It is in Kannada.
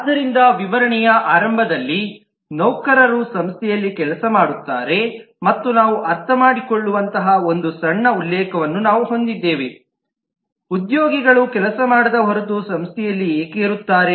ಆದ್ದರಿಂದ ವಿವರಣೆಯ ಆರಂಭದಲ್ಲಿ ನೌಕರರು ಸಂಸ್ಥೆಯಲ್ಲಿ ಕೆಲಸ ಮಾಡುತ್ತಾರೆ ಮತ್ತು ನಾವು ಅರ್ಥಮಾಡಿಕೊಳ್ಳುವಂತಹ ಒಂದು ಸಣ್ಣ ಉಲ್ಲೇಖವನ್ನು ನಾವು ಹೊಂದಿದ್ದೇವೆಉದ್ಯೋಗಿಗಳು ಕೆಲಸ ಮಾಡದ ಹೊರತು ಸಂಸ್ಥೆಯಲ್ಲಿ ಏಕೆ ಇರುತ್ತಾರೆ